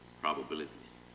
probabilities